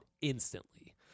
Instantly